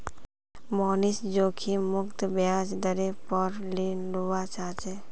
मोहनीश जोखिम मुक्त ब्याज दरेर पोर ऋण लुआ चाह्चे